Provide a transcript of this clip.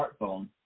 smartphone